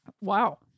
Wow